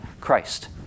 Christ